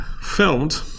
filmed